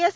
S